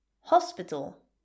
Hospital